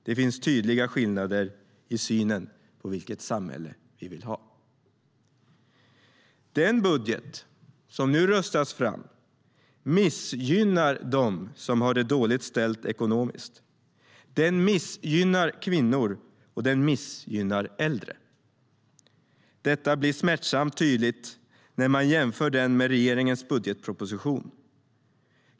Det finns tydliga skillnader i synen på vilket samhälle vi vill ha. Den budget som nu röstats fram missgynnar dem som har det dåligt ställt ekonomiskt, den missgynnar kvinnor och den missgynnar äldre. Detta blir smärtsamt tydligt när man jämför den med regeringens budgetproposition.